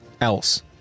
else